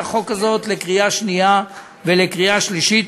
החוק הזו בקריאה שנייה ובקריאה שלישית.